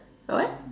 what